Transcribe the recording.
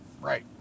Right